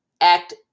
act